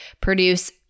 produce